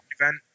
event